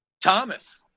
Thomas